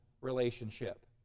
relationship